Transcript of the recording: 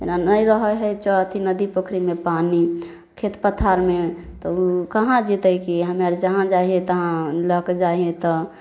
जेना नहि रहै हइ चऽर अथि नदी पोखरिमे पानि खेत पथारमे तऽ ओ कहाँ जेतै कि हमरा आर जहाँ जाइ हइ तहाँ लऽ कऽ जाइ हइ तऽ